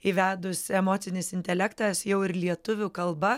įvedus emocinis intelektas jau ir lietuvių kalba